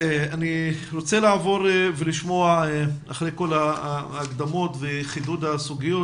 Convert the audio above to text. אני אפרת טיש, מנכ"לית האגודה לסוכרת נעורים.